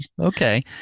Okay